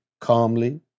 calmly